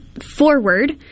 forward